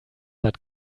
that